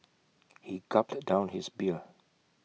he gulped down his beer